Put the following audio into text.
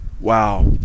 Wow